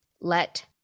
let